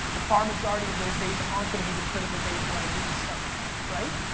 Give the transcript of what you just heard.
the far majority of those days aren't gonna be the critical days where i lose some of them, right?